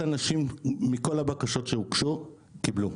מכל הבקשות שהוגשו, אפס אנשים קיבלו.